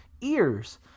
Ears